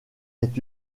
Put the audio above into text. est